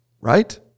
right